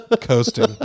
coasting